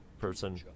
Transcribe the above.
person